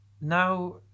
Now